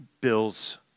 Bill's